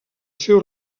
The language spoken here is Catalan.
seu